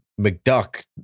McDuck